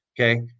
Okay